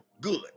good